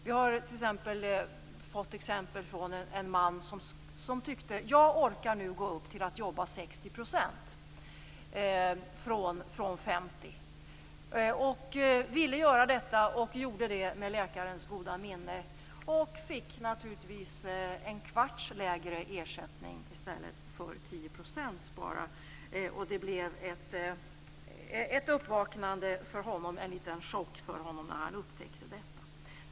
Vi har fått exempel från en man som tyckte att han orkade gå upp till att jobba 60 % från 50 %. Han ville göra detta och gjorde det med läkarens goda minne. Han fick naturligtvis en kvarts lägre ersättning i stället för bara 10 %. Det blev ett uppvaknande för honom och en liten chock när han upptäckte detta.